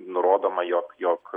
nurodoma jog jog